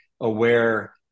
aware